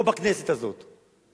או בכנסת הזו,